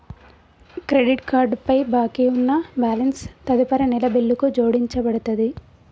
credit card పై బాకీ ఉన్న బ్యాలెన్స్ తదుపరి నెల బిల్లుకు జోడించబడతది